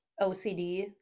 OCD